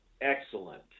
Excellent